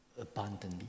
abundantly